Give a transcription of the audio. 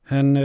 Han